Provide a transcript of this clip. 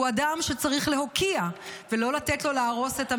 הוא אדם שצריך להוקיע ולא לתת לו להרוס את המשטרה.